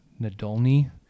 Nadolny